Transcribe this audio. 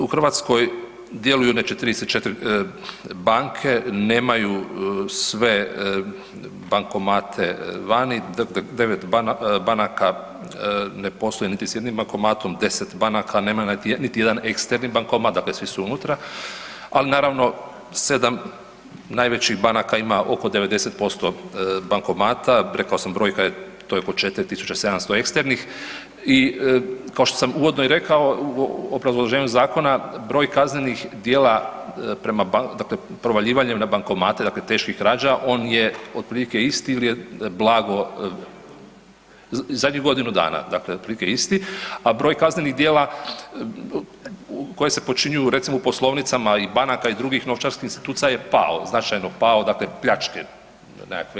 U Hrvatskoj djeluju znači 34 banke, nemaju sve bankomate vani, 9 banaka ne postoji niti s jednim bankomatom, 10 banaka nema niti jedan eksterni bankomat, dakle svi su unutra, ali naravno 7 najvećih banaka ima oko 90% bankomata, rekao sam, brojka je, to je oko 4700 eksternih i kao što sam uvodno i rekao u obrazloženju zakona, broj kaznenih djela prema .../nerazumljivo/... dakle provaljivanjem na bankomate, dakle teških krađa, on je otprilike isti ili je blago, zadnjih godinu dana, dakle otprilike isti, a broj kaznenih djela koje se počine u recimo u poslovnicama banaka i drugih novčarskih institucija je pao, značajno pao, dakle pljačke nekakve.